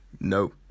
no